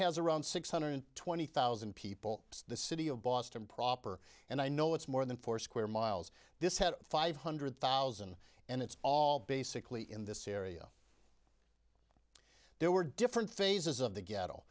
has around six hundred twenty thousand people it's the city of boston proper and i know it's more than four square miles this had five hundred thousand and it's all basically in this area there were different phases of the ghetto